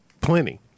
plenty